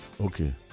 Okay